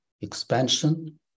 expansion